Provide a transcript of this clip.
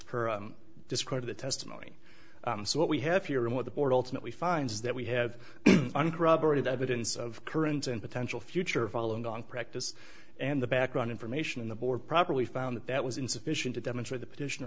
her discredit testimony so what we have here and what the board ultimately finds that we have uncorroborated evidence of current and potential future following on practice and the background information in the board properly found that that was insufficient to demonstrate the petition